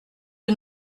que